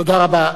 תודה רבה.